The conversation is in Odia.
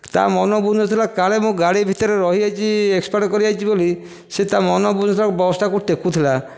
ତା ମନ ବୁଝୁନଥିଲା କାଳେ ମୁଁ ଗାଡି ଭିତରେ ରହି ଯାଇଛି ଏକ୍ସପାଡ୍ କରିଯାଇଛି ବୋଲି ସେ ତା ମନ ବୁଝୁନଥିଲା ବସ୍ଟାକୁ ଟେକୁ ଥିଲା